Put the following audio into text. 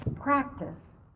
Practice